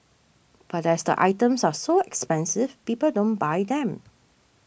but as the items are so expensive people don't buy them